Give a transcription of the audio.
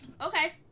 Okay